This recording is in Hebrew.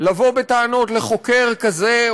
לבוא בטענות לחוקר כזה,